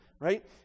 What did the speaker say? right